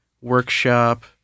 workshop